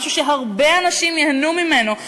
משהו שהרבה אנשים ייהנו ממנו,